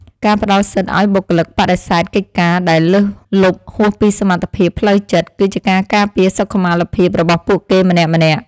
ការផ្តល់សិទ្ធិឱ្យបុគ្គលិកបដិសេធកិច្ចការដែលលើសលប់ហួសពីសមត្ថភាពផ្លូវចិត្ត គឺជាការការពារសុខុមាលភាពរបស់ពួកគេម្នាក់ៗ។